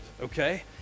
okay